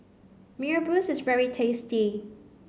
Mee Rebus is very tasty